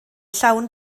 llawn